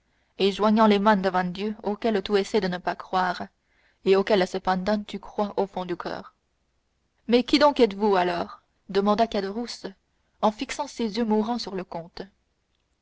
et joignant les mains devant dieu auquel tu essaies de ne pas croire et auquel cependant tu crois au fond du coeur mais qui donc êtes-vous alors demanda caderousse en fixant ses yeux mourants sur le comte